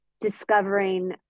discovering